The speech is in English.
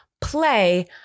play